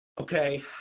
Okay